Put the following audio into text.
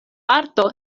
arto